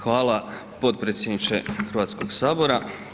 Hvala potpredsjedniče Hrvatskog sabora.